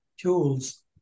tools